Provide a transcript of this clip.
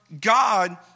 God